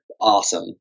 awesome